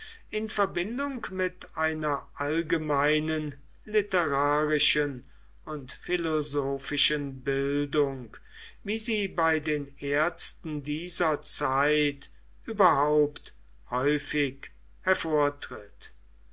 in verbindung mit einer allgemeinen literarischen und philosophischen bildung wie sie bei den ärzten dieser zeit überhaupt häufig hervortritt